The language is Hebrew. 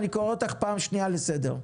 אני קורא אותך פעם שנייה לסדר.